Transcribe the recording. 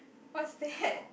what's that